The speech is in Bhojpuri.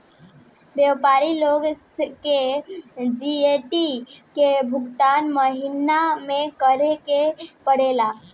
व्यापारी लोग के जी.एस.टी के भुगतान महीना में करे के पड़ेला